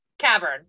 Cavern